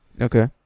okay